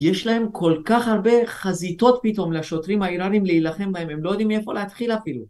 יש להם כל כך הרבה חזיתות פתאום לשוטרים האיראנים להילחם בהן, הם לא יודעים מאיפה להתחיל אפילו.